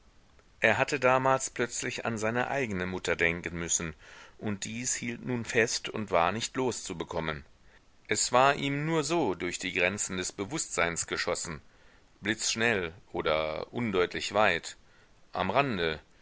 er hatte damals plötzlich an seine eigene mutter denken müssen und dies hielt nun fest und war nicht loszubekommen es war ihm nur so durch die grenzen des bewußtseins geschossen blitzschnell oder undeutlich weit am rande